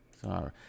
sorry